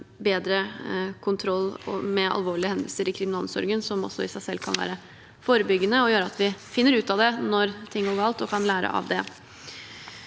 bedre kontroll med alvorlige hendelser i kriminalomsorgen, noe som også i seg selv kan være forebyggende og gjøre at vi finner ut av det når ting går galt, og kan lære av det.